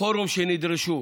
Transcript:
פורום שנדרשו: